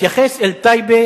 תתייחס אל טייבה